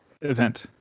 event